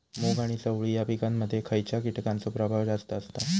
मूग आणि चवळी या पिकांमध्ये खैयच्या कीटकांचो प्रभाव जास्त असता?